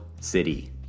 City